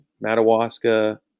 Madawaska